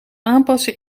aanpassen